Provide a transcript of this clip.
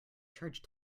charge